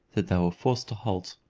that they were forced to halt.